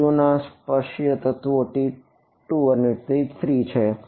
U ના સ્પર્શિય તત્વો T2અને T3 છે